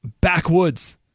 backwoods